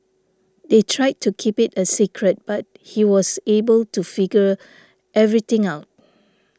they tried to keep it a secret but he was able to figure everything out